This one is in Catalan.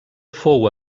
fou